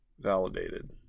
validated